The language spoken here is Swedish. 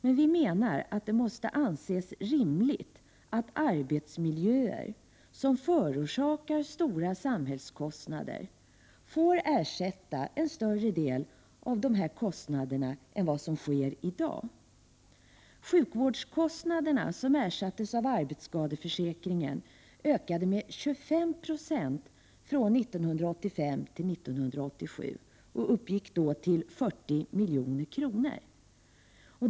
Men vi menar att det måste anses rimligt att arbetsmiljöer som förorsakar stora samhällskostnader får ersätta en större del av de här kostnaderna än vad som är fallet i dag. Sjukvårdskostnaderna som ersattes av arbetsskadeförsäkringen ökade med 25 96 från 1985 till 1987 och uppgick då till 40 milj.kr.